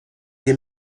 des